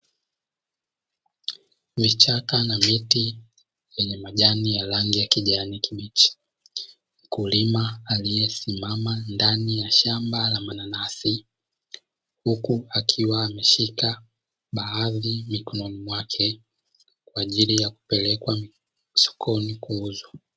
Vichaka na miti vyenye majani ya rangi ya kijani kibichi mkulima aliyesimama ndani ya shamba la mananasi, huku akiwa ameshika baadhi mikononi mwake kwa ajili ya kupelekwa sokoni kuuzwa.